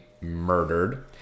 murdered